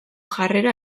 jarrera